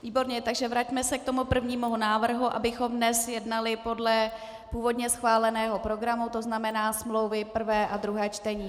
Výborně, vraťme se k prvnímu návrhu, abychom dnes jednali podle původně schváleného programu, tzn., smlouvy prvé a druhé čtení.